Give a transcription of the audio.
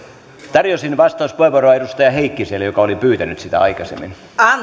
tarjosin vastauspuheenvuoroa edustaja heikkiselle joka oli pyytänyt sitä aikaisemmin anteeksi